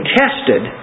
tested